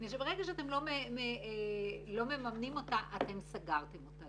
ברגע שאתם לא מממנים אותה, אתם סגרתם אותה.